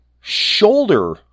shoulder